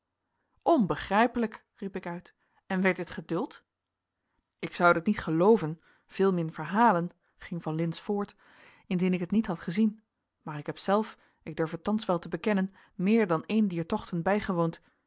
onbegrijpelijk riep ik uit en werd dit geduld ik zoude het niet gelooven veelmin verhalen ging van lintz voort indien ik het niet had gezien maar ik heb zelf ik durf het thans wel te bekennen meer dan een dier tochten bijgewoond